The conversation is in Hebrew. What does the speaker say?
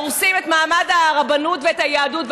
הורסים את מעמד הרבנות ואת היהדות.